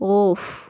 off